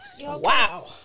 wow